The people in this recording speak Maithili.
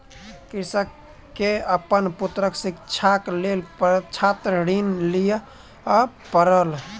कृषक के अपन पुत्रक शिक्षाक लेल छात्र ऋण लिअ पड़ल